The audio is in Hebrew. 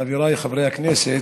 חבריי חברי הכנסת,